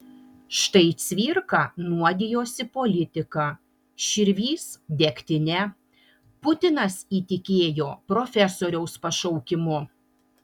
štai cvirka nuodijosi politika širvys degtine putinas įtikėjo profesoriaus pašaukimu